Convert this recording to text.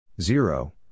Zero